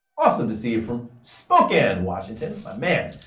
awesome to see you from spokane, washington, my man.